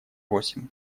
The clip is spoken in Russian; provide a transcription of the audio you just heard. восемь